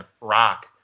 Rock